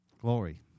glory